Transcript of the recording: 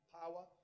power